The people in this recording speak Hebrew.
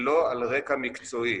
שלא על רקע מקצועי.